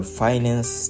finance